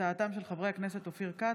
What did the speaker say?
בהצעתם של חברי הכנסת אופיר כץ,